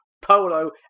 polo